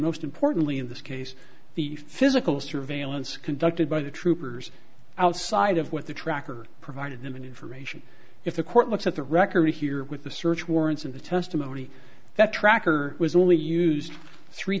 most importantly in this case the physical surveillance conducted by the troopers outside of what the tracker provided them information if the court looks at the record here with the search warrants and the testimony that tracker was only used three